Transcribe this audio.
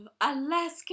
Alaska